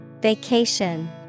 Vacation